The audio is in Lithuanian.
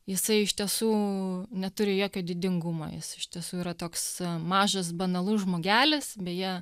jisai iš tiesų neturi jokio didingumo jis iš tiesų yra toks mažas banalus žmogelis beje